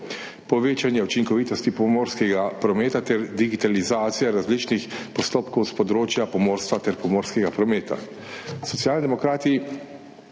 povečanje učinkovitosti pomorskega prometa ter digitalizacija različnih postopkov s področja pomorstva ter pomorskega prometa. Socialni demokrati